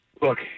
Look